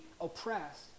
oppressed